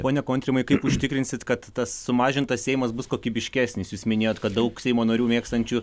pone kontrimui kaip užtikrinsit kad tas sumažintas seimas bus kokybiškesnis jūs minėjot kad daug seimo narių mėgstančių